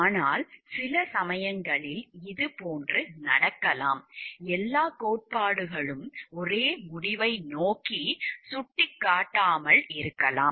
ஆனால் சில சமயங்களில் இதுபோன்று நடக்கலாம் எல்லாக் கோட்பாடுகளும் ஒரே முடிவை நோக்கிச் சுட்டிக் காட்டாமல் இருக்கலாம்